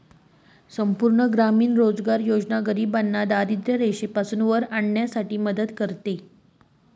संपूर्ण ग्रामीण रोजगार योजना गरिबांना दारिद्ररेषेपासून वर आणण्यासाठी मदत करते